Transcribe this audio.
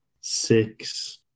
Six